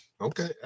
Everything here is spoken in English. Okay